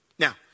Now